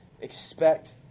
expect